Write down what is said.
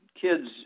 kids